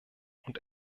und